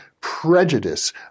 prejudice